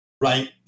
right